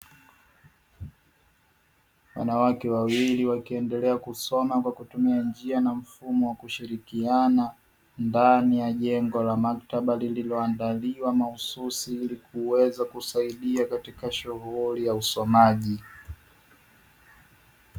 Wanawake wawili wakiendelea kusoma kwa kutumia njia na mfumo wa kushirikiana ndani ya jengo la maktaba lililoandaliwa mahususi ili kuweza kusaidia katika shughuli ya usomaji.